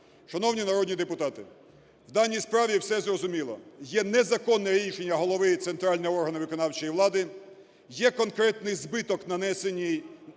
Шановні народні депутати, в даній справі все зрозуміло: є незаконне рішення голови центрального органу виконавчої влади, є конкретний збиток, нанесений